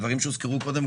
דברים שהוזכרו קודם,